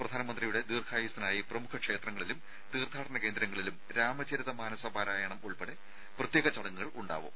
പ്രധാനമന്ത്രിയുടെ ദീർഘായുസ്സിനായി പ്രമുഖ ക്ഷേത്രങ്ങളിലും തീർത്ഥാടന കേന്ദ്രങ്ങളിലും രാമചരിത മാനസ പാരായണം ഉൾപ്പെടെ പ്രത്യേക ചടങ്ങുകളും ഉണ്ടാവും